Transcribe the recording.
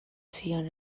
zion